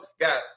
got